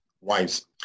wives